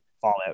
Fallout